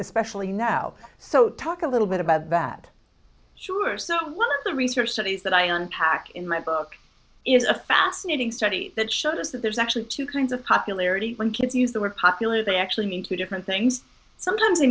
especially now so talk a little bit about bad sure so one of the research studies that i on track in my book is a fascinating study that showed us that there's actually two kinds of popularity when kids use the word popular they actually mean two different things sometimes